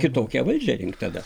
kitokią valdžią rinkt tada